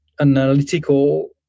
analytical